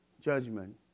judgment